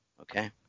okay